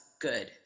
good